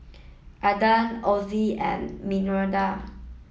Aden Ozi and Mirinda